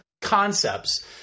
concepts